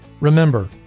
Remember